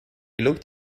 looked